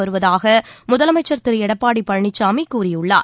வருவதாக முதலமைச்சர் திரு எடப்பாடி பழனிசாமி கூறியுள்ளாார்